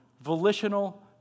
volitional